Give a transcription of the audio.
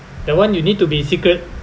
that one you need to be secret